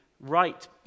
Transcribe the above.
right